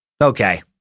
Okay